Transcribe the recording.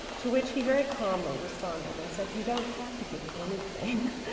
to which he very calmly responded, and said, you don't have to give anything.